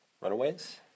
Runaways